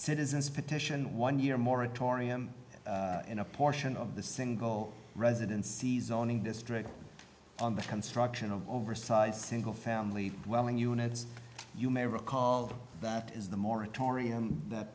citizens petition one year moratorium in a portion of the single residency zoning district on the construction of oversized single family dwelling units you may recall that is the mor